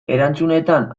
erantzunetan